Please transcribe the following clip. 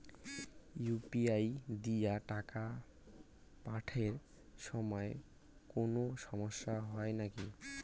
UPI দিয়া টাকা পাঠের সময় কোনো সমস্যা হয় নাকি?